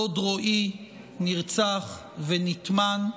הדוד רועי נרצח ונטמן.